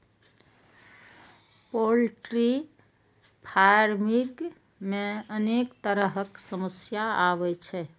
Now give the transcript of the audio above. poultry farming मे अनेक तरहक समस्या आबै छै